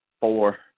four